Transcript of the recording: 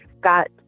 got